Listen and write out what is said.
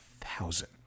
thousand